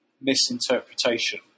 misinterpretation